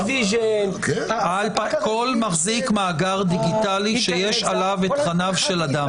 כל מחזיק מאגר דיגיטלי שיש עליו את תכניו של אדם.